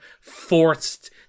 forced